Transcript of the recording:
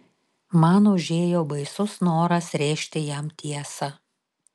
man užėjo baisus noras rėžti jam tiesą